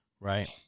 Right